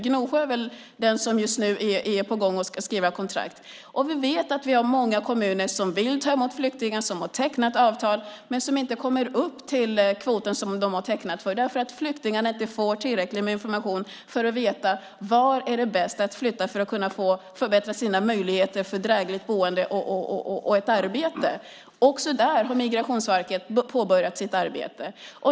Gnosjö är den som just nu är på gång och ska skriva kontrakt. Vi vet att många kommuner vill ta emot flyktingar och har tecknat avtal, men de kommer inte upp till den kvot som de har tecknat för eftersom flyktingarna inte får tillräcklig information för att veta vart det är bäst att flytta för att förbättra sina möjligheter att få ett drägligt boende och ett arbete. Också där har Migrationsverket påbörjat ett arbete.